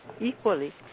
equally